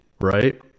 right